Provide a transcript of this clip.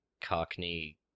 Cockney